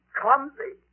clumsy